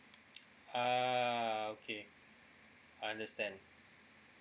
ah okay I understand